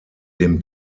dem